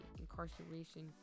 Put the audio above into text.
incarceration